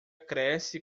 cresce